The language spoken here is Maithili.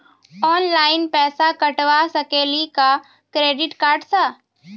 ऑनलाइन पैसा कटवा सकेली का क्रेडिट कार्ड सा?